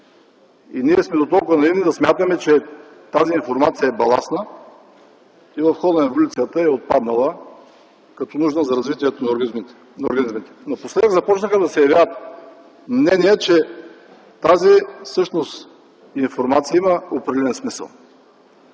Ние сме дотолкова наивни да смятаме, че тази информация е баластна и в хода на еволюцията е отпаднала като нужна за развитието на организмите. Напоследък започнаха да се явяват мнения, че всъщност тази информация има определен смисъл.